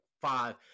five